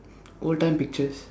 old time pictures